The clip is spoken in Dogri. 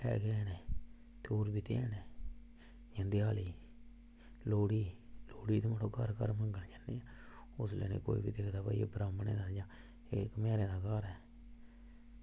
एह् बी हैन न होर बी ध्यार हैन जियां देआली लोह्ड़ी लोह्ड़ी ते अस घर घर मंग्गन जन्ने न उसलै कोई निं दिखदा की एह् ब्राह्मण ऐ जां कुम्हारें दा घर ऐ